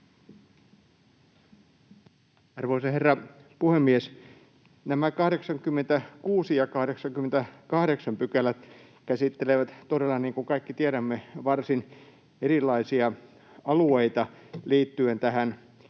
Arvoisa herra puhemies! Nämä 86 ja 88 §:t käsittelevät todella, niin kuin kaikki tiedämme, varsin erilaisia alueita liittyen tähän koronakriisin